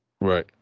Right